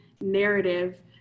narrative